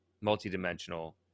multi-dimensional